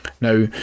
Now